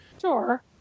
Sure